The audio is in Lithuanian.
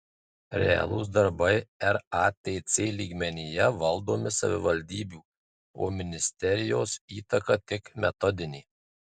realūs darbai ratc lygmenyje valdomi savivaldybių o ministerijos įtaka tik metodinė